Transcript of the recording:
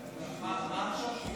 עכשיו?